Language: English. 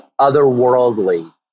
otherworldly